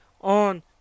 on